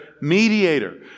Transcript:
mediator